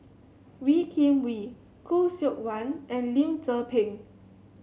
Wee Kim Wee Khoo Seok Wan and Lim Tze Peng